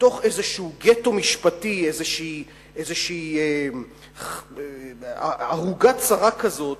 לתוך איזשהו גטו משפטי, איזושהי ערוגה צרה כזאת,